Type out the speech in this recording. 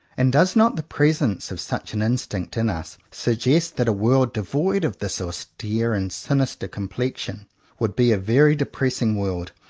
and does not the presence of such an instinct in us suggest that a world devoid of this austere and sinister complexion would be a very de pressing world,